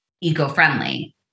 eco-friendly